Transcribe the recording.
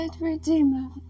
Redeemer